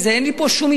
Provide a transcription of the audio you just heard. אין לי פה שום עניין,